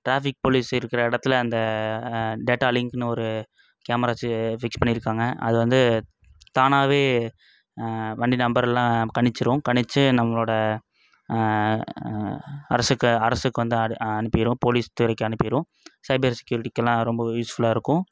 traffic police இருக்கிற இடத்துல அந்த டேட்டா லிங்க்குன்னு ஒரு கேமரா வைச்சு ஃபிக்ஸ் பண்ணியிருக்காங்க அது வந்து தானாகவே வண்டி நம்பரெல்லாம் கணிச்சிடும் கணிச்சு நம்மளோடய அரசுக்கு அரசுக்கு வந்து அடு அனுப்பிடும் போலீஸ் துறைக்கு அனுப்பிடும் சைபர் செக்யூரிட்டிக்கெல்லாம் ரொம்பவே யூஸ்ஃபுல்லாக இருக்கும்